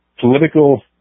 political